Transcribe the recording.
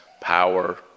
power